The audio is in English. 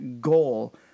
goal